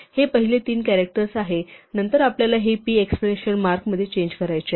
ही पहिले 3 कॅरेक्टर्स आहेत आणि नंतर आपल्याला हे p एक्सक्लमेशन मार्क मध्ये चेंज करायचे आहे